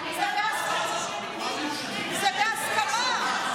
זה בהסכמה.